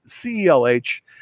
C-E-L-H